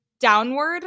downward